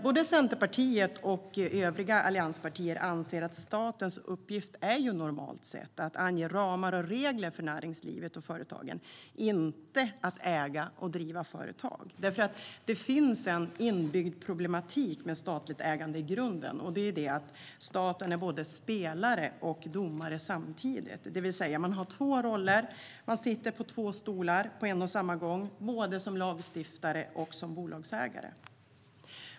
Både Centerpartiet och övriga allianspartier anser att statens uppgift normalt är att ange ramar och regler för näringslivet och företagen, inte att äga och driva företag. Det finns nämligen en inbyggd problematik med statligt ägande i grunden, och det är att staten är både spelare och domare samtidigt. Man har två roller och sitter på två stolar på en och samma gång - både som lagstiftare och som bolagsägare.